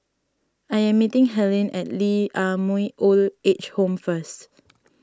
I am meeting Helyn at Lee Ah Mooi Old Age Home first